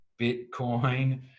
Bitcoin